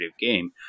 game